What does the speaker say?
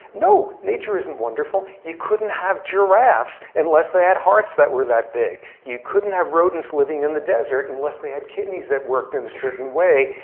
no, nature isn't wonderful. you couldn't have giraffes unless they had hearts that were that big. you couldn't have rodents living in the desert unless they had kidneys that worked in a certain way.